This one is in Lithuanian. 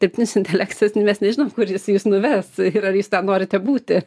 dirbtinis intelektas mes nežinom kur jis jus nuves ir ar jūs ten norite būti